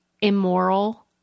immoral